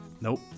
Nope